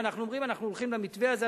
ואנחנו אומרים: אנחנו הולכים למתווה הזה,